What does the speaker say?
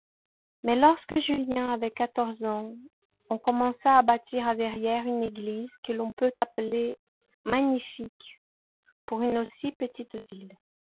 mais lorsque julien avait quatorze ans on commença à bâtir à verrières une église que l'on peut appeler magnifique pour une aussi petite ville